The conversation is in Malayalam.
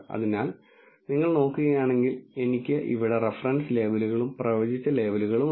അതിനാൽ നിങ്ങൾ നോക്കുകയാണെങ്കിൽ എനിക്ക് ഇവിടെ റഫറൻസ് ലേബലുകളും പ്രവചിച്ച ലേബലുകളുമുണ്ട്